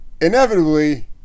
inevitably